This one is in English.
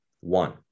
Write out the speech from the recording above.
One